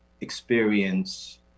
experience